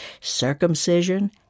circumcision